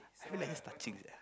I feel like he's touching sia